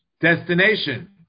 destination